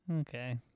Okay